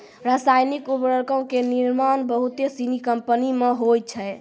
रसायनिक उर्वरको के निर्माण बहुते सिनी कंपनी मे होय छै